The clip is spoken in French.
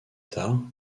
tard